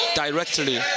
directly